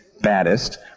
baddest